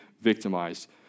victimized